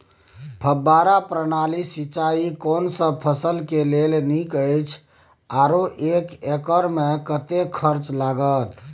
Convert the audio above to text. फब्बारा प्रणाली सिंचाई कोनसब फसल के लेल नीक अछि आरो एक एकर मे कतेक खर्च लागत?